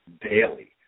daily